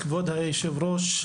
כבוד היושב-ראש,